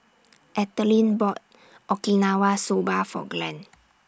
Ethelene bought Okinawa Soba For Glen